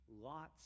lots